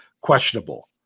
questionable